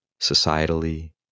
societally